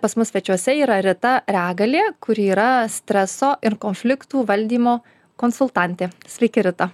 pas mus svečiuose yra rita ragalė kuri yra streso ir konfliktų valdymo konsultantė sveiki rita